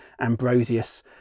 Ambrosius